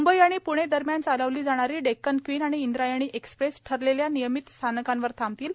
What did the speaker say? मुंबई आणि प्णे दरम्यान चालवली जाणारी डेक्कन क्वीन आणि इंद्रायणी एक्स्प्रेस ठरलेल्या नियमित स्थानकांवर थांबतील